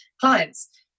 clients